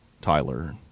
Tyler